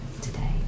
today